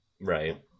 Right